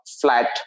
flat